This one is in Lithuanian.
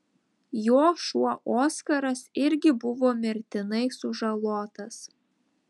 jo šuo oskaras irgi buvo mirtinai sužalotas